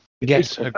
Yes